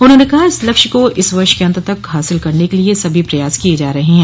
उन्होंने कहा कि इस लक्ष्य को इस वर्ष के अंत तक हासिल करने के लिए सभी प्रयास किये जा रहे हैं